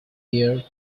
here